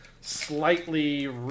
slightly